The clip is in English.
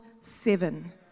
seven